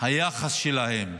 היחס שלהם,